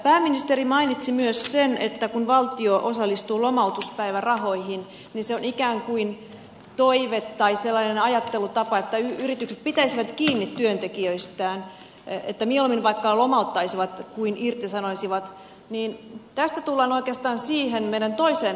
pääministeri mainitsi myös sen että kun valtio osallistuu lomautuspäivärahoihin niin se on ikään kuin toive tai sellainen ajattelutapa että yritykset pitäisivät kiinni työntekijöistään että mieluummin vaikka lomauttaisivat kuin irtisanoisivat ja tästä tullaan oikeastaan siihen meidän toiseen haasteeseemme